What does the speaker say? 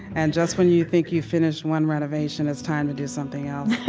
and just when you think you've finished one renovation, it's time to do something else.